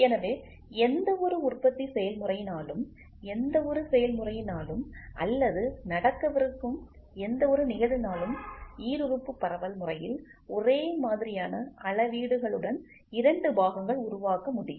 எனவே எந்தவொரு உற்பத்தி செயல்முறையினாலும் எந்தவொரு செயல்முறையினாலும் அல்லது நடக்கவிருக்கும் எந்தவொரு நிகழ்வினாலும் ஈருறுப்பு பரவல் முறையில் ஒரே மாதிரியான அளவீடுகளுடன் இரண்டு பாகங்கள் உருவாக்க முடியும்